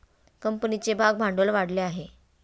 कंपनीचे भागभांडवल वाढले आहे